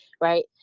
right